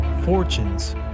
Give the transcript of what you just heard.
fortunes